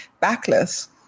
backless